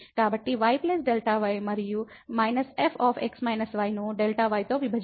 కాబట్టి y Δ y మరియు −fx y ను Δy తో విభజించారు